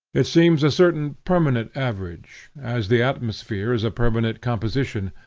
it seems a certain permanent average as the atmosphere is a permanent composition,